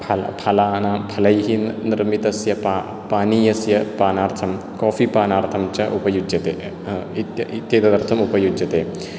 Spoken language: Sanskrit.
फल् फलानां फलैः निर् निर्मितस्य पा पानीयस्य पानार्थं काफ़ि पानार्थं च उपयुज्यते इत्येतदर्थम् उपयुज्यते